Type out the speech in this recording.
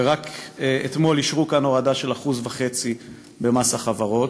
ורק אתמול אישרו כאן הורדה של 1.5% במס החברות,